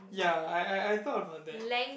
ya I I I thought about that